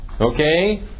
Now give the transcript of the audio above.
Okay